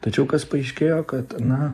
tačiau kas paaiškėjo kad na